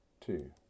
two